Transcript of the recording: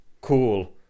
cool